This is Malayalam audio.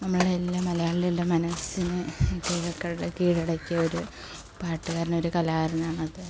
നമ്മളെയെല്ലാം മലയാളികളുടെ മനസ്സിനെ കീഴടക്കിയ ഒരു പാട്ടുകാരൻ ഒരു കലാകാരനാണ് അദ്ദേഹം